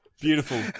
Beautiful